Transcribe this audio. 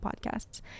Podcasts